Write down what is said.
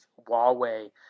Huawei